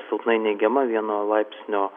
silpnai neigiama vieno laipsnio